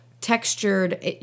textured